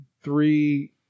three